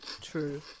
true